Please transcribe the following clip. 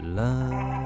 love